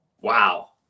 Wow